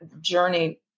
journey